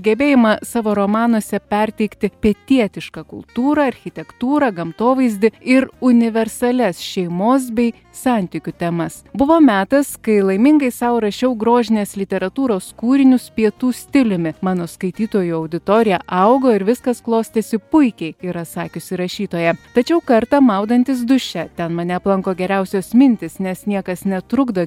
gebėjimą savo romanuose perteikti pietietišką kultūrą architektūrą gamtovaizdį ir universalias šeimos bei santykių temas buvo metas kai laimingai sau rašiau grožinės literatūros kūrinius pietų stiliumi mano skaitytojų auditorija augo ir viskas klostėsi puikiai yra sakiusi rašytoja tačiau kartą maudantis duše ten mane aplanko geriausios mintys nes niekas netrukdo